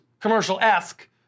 commercial-esque